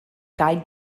guide